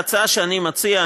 ההצעה שאני מציע,